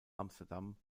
amsterdam